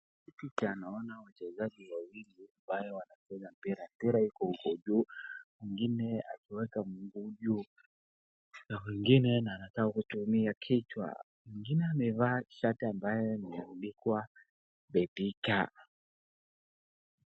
Tunaona wachezaji wawili ambao wanacheza mpira. Mpira iko uko juu mwingine akiweka mguu juu na mwingine anataka kutumia kichwa. Mwingine amevaa shati ambayo imeandikwa Betika.